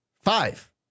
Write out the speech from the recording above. five